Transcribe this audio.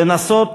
לנסות